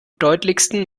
deutlichsten